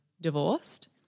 divorced